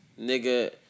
nigga